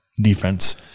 Defense